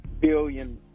billion